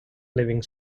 living